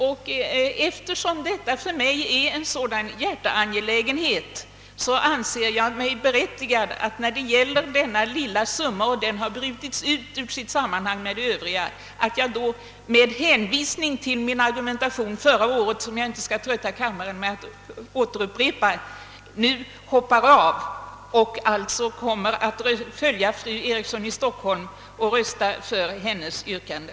Detta är för mig en hjärteangelägenhet och det gäller dessutom en liten summa, vilken nu har brutits ut ur sitt sammanhang med det övriga. Med hänvisning till min förra året framförda argumentation, som jag nu inte skall trötta kammarens ledamöter med att återupprepa, anser jag mig därför nu berättigad att »hoppa av» och kommer alltså att följa fru Eriksson i Stockholm genom att rösta för hennes yrkande.